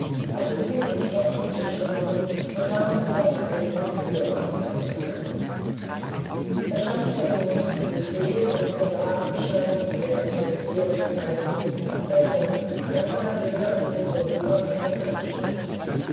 hatte hut und stock vom tische genommen und war mittlerweile in den flursaal hinausgegangen er stand vor dem nächsten büffett und besah anscheinend sehr interessiert die alten humpen und becher als margarete an ihm vorüber nach dem gange schritt